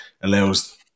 Allows